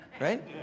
right